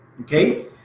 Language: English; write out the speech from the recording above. okay